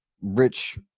rich